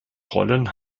rollen